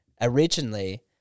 originally